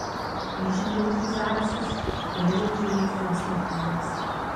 įžengiau aš į zarasus tuojau užėmus juos lietuviams